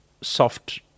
soft